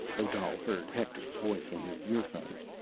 odal heard hector's voice in his earphones.